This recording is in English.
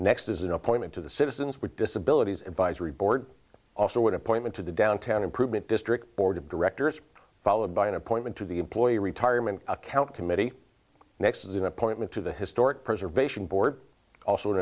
next as an appointment to the citizens with disabilities advisory board also an appointment to the downtown improvement district board of directors followed by an appointment to the employee retirement account committee next as an appointment to the historic preservation board also an